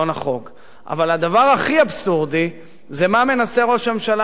אבל הדבר הכי אבסורדי זה מה מנסה ראש הממשלה לעשות תוך כדי.